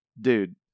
dude